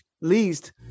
least